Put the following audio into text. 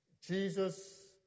Jesus